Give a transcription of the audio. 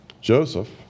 Joseph